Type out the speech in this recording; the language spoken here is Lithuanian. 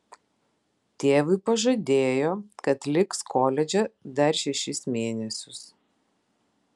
tėvui pažadėjo kad liks koledže dar šešis mėnesius